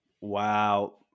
Wow